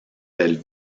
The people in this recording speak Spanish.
del